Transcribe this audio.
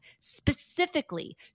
specifically